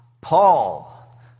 Paul